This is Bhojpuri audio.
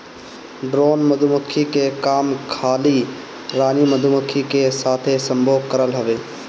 ड्रोन मधुमक्खी के काम खाली रानी मधुमक्खी के साथे संभोग करल हवे